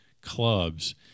clubs